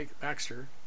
Baxter